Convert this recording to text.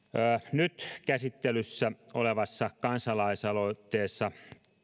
nyt käsittelyssä olevassa kansalaisaloitteessa